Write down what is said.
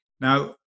Now